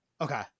Okay